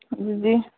ꯑꯗꯨꯗꯤ